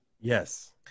Yes